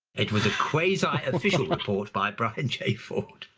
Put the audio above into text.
it was a quasi-official report by brian j ford.